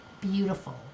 beautiful